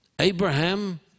Abraham